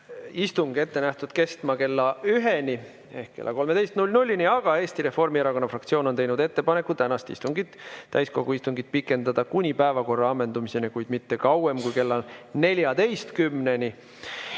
istung ette nähtud kestma kella üheni ehk kella 13‑ni, aga Eesti Reformierakonna fraktsioon on teinud ettepaneku tänast täiskogu istungit pikendada kuni päevakorra ammendumiseni, kuid mitte kauem kui kella 14‑ni.